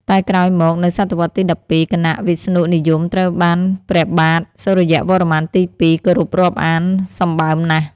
តែក្រោយមក នៅស.វ.ទី១២ គណៈវិស្ណុនិយមត្រូវបានព្រះបាទ សូរ្យវរ្ម័នទី ២ គោរពរាប់អានសម្បើមណាស់។